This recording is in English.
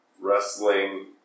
wrestling